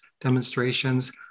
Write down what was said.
demonstrations